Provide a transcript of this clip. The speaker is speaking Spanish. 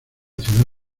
ciudad